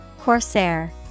Corsair